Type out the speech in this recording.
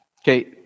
Okay